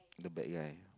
the bad guy